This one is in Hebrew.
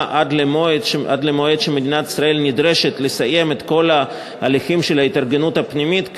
עד למועד שמדינת ישראל נדרשת לסיים את כל ההליכים של ההתארגנות הפנימית,